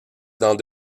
dans